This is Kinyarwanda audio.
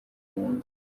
nzu